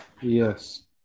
Yes